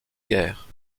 guerres